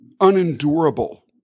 unendurable